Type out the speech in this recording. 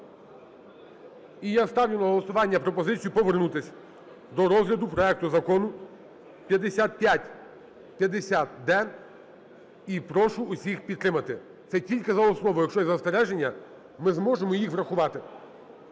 І я ставлю на голосування пропозицію повернутись до розгляду проекту закону 5550-д. І прошу усіх підтримати. Це тільки за основу. Якщо є застереження, ми зможемо їх врахувати.